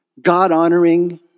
God-honoring